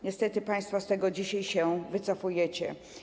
Niestety państwo z tego dzisiaj się wycofujecie.